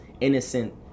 innocent